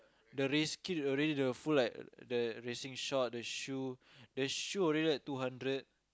the race kit already the full like the racing short the shoe the shoe already like two hundred